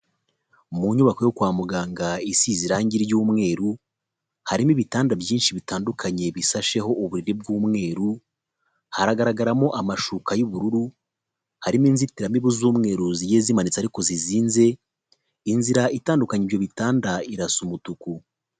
Mu nyubako yo kwa muganga isize irangi ry'umweru harimo ibitanda byinshi bitandukanye, bisasheho uburiri bw'umweru, hagaragaramo amashuka y'ubururu, harimo inzitiramibu z'umweru zigiye zimanitse ariko zizinze, inzira itandukan ibyo bitanda irasa umutuku.